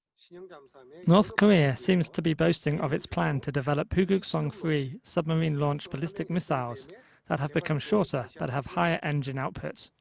and um so i mean north korea seems to be boasting of its plan to develop pukguksong three submarine-launched ballistic missiles that have become shorter but have higher engine output.